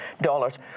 dollars